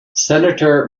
senator